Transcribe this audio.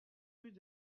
rue